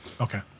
Okay